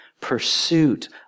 pursuit